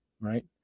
right